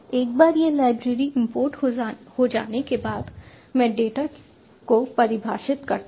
एक बार यह लाइब्रेरी इंपोर्ट हो जाने के बाद मैं डेटा को परिभाषित करता हूं